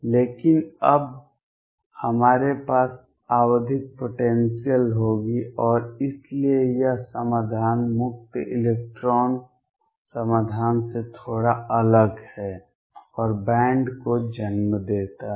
लेकिन अब हमारे पास आवधिक पोटेंसियल होगी और इसलिए यह समाधान मुक्त इलेक्ट्रॉन समाधान से थोड़ा अलग है और बैंड को जन्म देता है